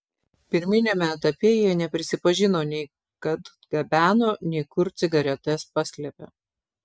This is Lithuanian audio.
pirminiame etape jie neprisipažino nei kad gabeno nei kur cigaretes paslėpė